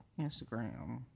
Instagram